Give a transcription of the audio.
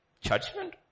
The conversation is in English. Judgment